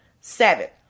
seven